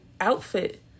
outfit